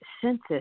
census